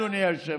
אדוני היושב-ראש,